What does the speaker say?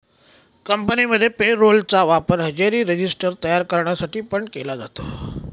कंपनीमध्ये payroll चा वापर हजेरी रजिस्टर तयार करण्यासाठी पण केला जातो